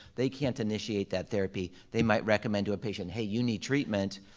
they can't initiate that therapy, they might recommend to a patient, hey, you need treatment.